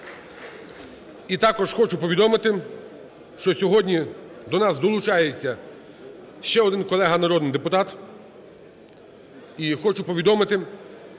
І також хочу повідомити, що сьогодні до нас долучається ще один колега народний депутат.